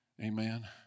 Amen